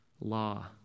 law